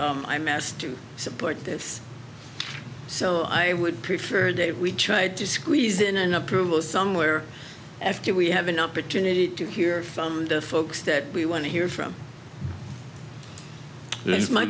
asked to support this so i would prefer that we try to squeeze in an approval somewhere after we have an opportunity to hear from the folks that we want to hear from